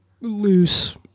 loose